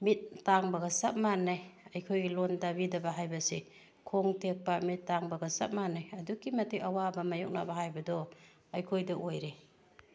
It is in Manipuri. ꯃꯤꯠ ꯇꯥꯡꯕꯒ ꯆꯞ ꯃꯥꯟꯅꯩ ꯑꯩꯈꯣꯏꯒꯤ ꯂꯣꯟ ꯇꯥꯕꯤꯗꯕ ꯍꯥꯏꯕꯁꯦ ꯈꯣꯡ ꯇꯦꯛꯄ ꯃꯤꯠ ꯇꯥꯡꯕꯒ ꯆꯞ ꯃꯥꯟꯅꯩ ꯑꯗꯨꯛꯀꯤ ꯃꯇꯤꯛ ꯑꯋꯥꯕ ꯃꯥꯏꯌꯣꯛꯅꯕ ꯍꯥꯏꯕꯗꯣ ꯑꯩꯈꯣꯏꯗ ꯑꯣꯏꯔꯦ